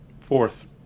fourth